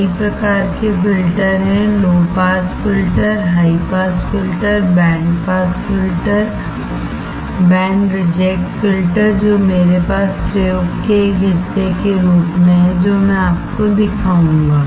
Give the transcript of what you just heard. कई प्रकार के फिल्टर हैं low pass filter high pass filter band pass filter band reject filter जो मेरे पास प्रयोग के एक हिस्से के रूप में है जो मैं आपको दिखाऊंगा